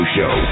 Show